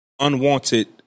unwanted